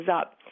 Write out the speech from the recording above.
up